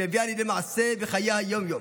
שמביאה לידי מעשה בחיי היום-היום